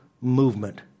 movement